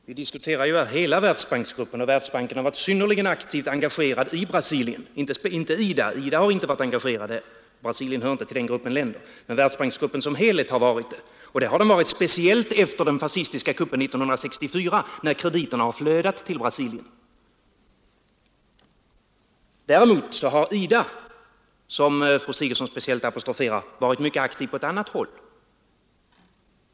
Herr talman! Vi diskuterar här hela Världsbanksgruppen, och Världsbanken har varit synnerligen aktivt engagerad i Brasilien. IDA har inte varit engagerad där, eftersom Brasilien inte hör till den grupp länder som IDA arbetar med. Men Världsbanksgruppen som helhet har varit engagerad där, och speciellt efter den fascistiska kuppen 1964, när krediterna har flödat till Brasilien. Däremot har IDA, som fru Sigurdsen speciellt apostroferar, varit mycket aktiv på ett annat håll.